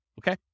okay